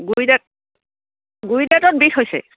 গুৰি দাঁত গুৰি দাঁতত বিষ হৈছে